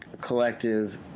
collective